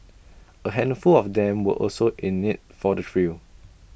A handful of them were also in IT for the thrill